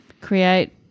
create